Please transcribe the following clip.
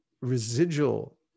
residual